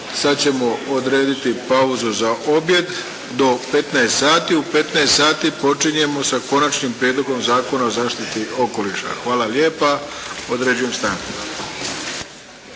sad ćemo odrediti pauzu za objed do 15 sati. U 15 sati počinjemo sa Konačnim prijedlogom Zakona o zaštiti okoliša. Hvala lijepa. Određujem stanku.